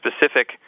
specific